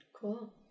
Cool